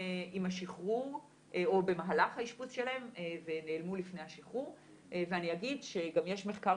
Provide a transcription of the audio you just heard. השחרור או במהלך האשפוז שלהם ואני אגיד שגם יש מחקר